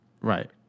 Right